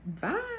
bye